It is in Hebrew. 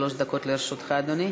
שלוש דקות לרשותך, אדוני.